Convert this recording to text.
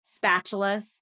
spatulas